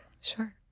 Sure